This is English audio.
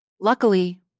Luckily